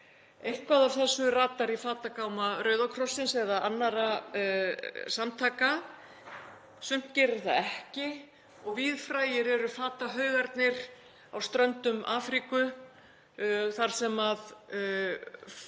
Eitthvað af þessu ratar í fatagáma Rauða krossins eða annarra samtaka. Sumt gerir það ekki og víðfrægir eru fatahaugarnir á ströndum Afríku þar sem